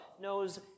knows